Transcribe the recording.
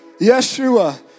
Yeshua